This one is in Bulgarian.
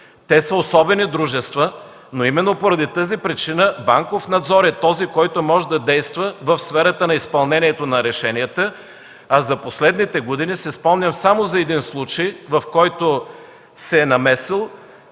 Те са особени дружества, но именно поради тази причина „Банков надзор” е този, който може да действа в сферата на изпълнението на решенията, а за последните години си спомням само за един случай, в който се е намесил,